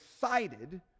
decided